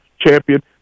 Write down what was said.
champion